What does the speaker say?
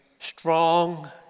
strong